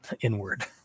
inward